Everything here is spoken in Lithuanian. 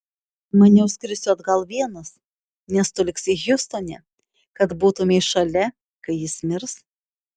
maniau skrisiu atgal vienas nes tu liksi hjustone kad būtumei šalia kai jis mirs